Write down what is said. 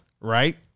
Right